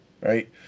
right